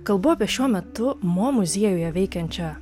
kalbu apie šiuo metu mo muziejuje veikiančią